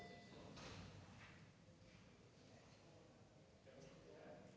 Tak